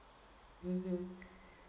mmhmm